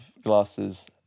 glasses